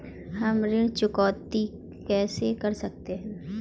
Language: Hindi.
हम ऋण चुकौती कैसे कर सकते हैं?